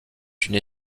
une